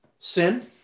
Sin